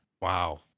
Wow